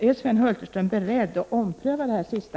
Är Sven Hulterström beredd att ompröva detta?